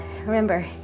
Remember